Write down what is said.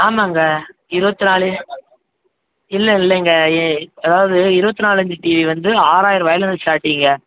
ஆமாங்க இருபத்து நாலு இல்லை இல்லைங்க ஏ அதாவது இருபத்து நாலு இன்ச்சு டிவி வந்து ஆறாயிரம் ருபாலேந்து ஸ்டார்ட்டிங்க